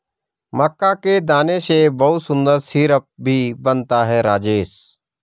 मक्का के दाने से बहुत सुंदर सिरप भी बनता है राजेश